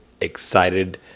excited